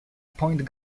point